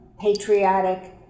patriotic